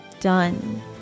done